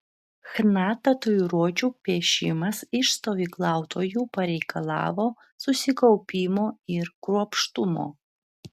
chna tatuiruočių piešimas iš stovyklautojų pareikalavo susikaupimo ir kruopštumo